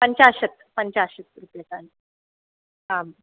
पञ्चाशत् पञ्चाशत् रूप्यकाणि आम्